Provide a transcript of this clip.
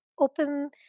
open